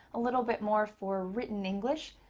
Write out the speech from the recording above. a little bit more for written english.